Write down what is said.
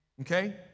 Okay